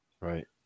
Right